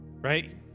right